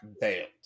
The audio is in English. bailed